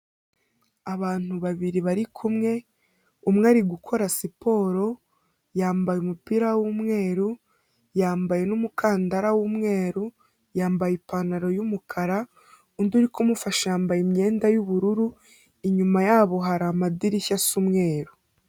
Abantu babiri bari kumwe, umwe ari gukora siporo, yambaye umupira w'umweru, yambaye n'umukandara w'umweru, yambaye ipantaro y'umukara, undi uri kumufasha yambaye imyenda y'ubururu, inyuma yabo hari amadirishya asa umweru.